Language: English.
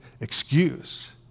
excuse